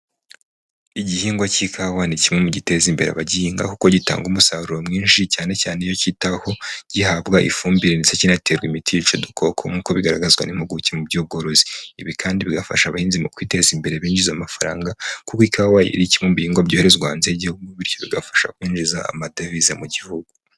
Igihingwa cy'ikawa ni kimwe mu giteza imbere abagihinga kuko gitanga umusaruro mwinshi, cyane cyane iyo kitaweho gihabwa ifumbire ndetse kinaterwa imiti yica udukoko, nk'uko bigaragazwa n'impuguke mu by'ubworozi. Ibi kandi bigafasha abahinzi mu kwiteza imbere binjiza amafaranga, kuko ikawa ari kimwe mu bihingwa byoherezwa hanze y'igihugu, bityo bigafasha kwinjiza amadovize mu gihugu.